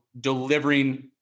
delivering